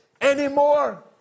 anymore